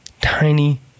tiny